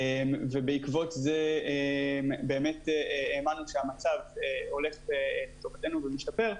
ובעקבות זאת האמנו שהמצב הולך ומשתפר,